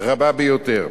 רבה ביותר.